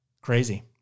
Crazy